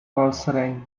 balsareny